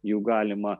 jų galima